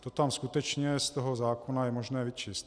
To tam skutečně z toho zákona je možné vyčíst.